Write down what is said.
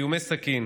באיומי סכין,